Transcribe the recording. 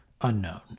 unknown